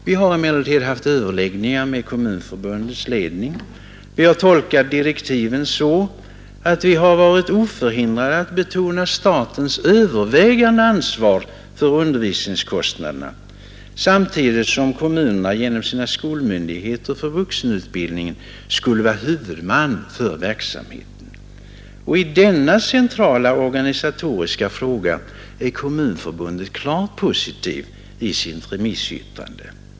Vi har emellertid haft överläggningar med Kommunförbundets ledning, och vi har tolkat direktiven så att vi varit oförhindrade att betona statens övervägande ansvar för undervisningskostnaderna, samtidigt som kommunerna genom sina skolmyndigheter för vuxenutbildningen skulle vara huvudman för verksamheten. I denna centrala organisatoriska fråga är Kommunförbundet klart positivt i sitt remissyttrande.